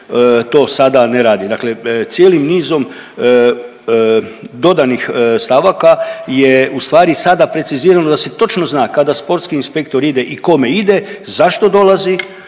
to sada ne radi, dakle cijelim nizom dodanih stavaka je ustvari sada precizirano da se točno zna kada sportski inspektor ide i kome ide, zašto dolazi,